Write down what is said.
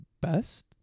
best